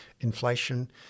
inflation